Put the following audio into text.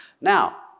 now